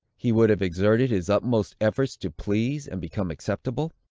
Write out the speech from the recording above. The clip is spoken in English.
he would have exerted his utmost efforts to please, and become acceptable?